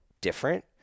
different